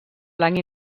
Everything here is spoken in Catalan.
blanc